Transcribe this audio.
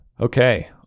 Okay